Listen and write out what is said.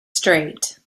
straight